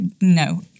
no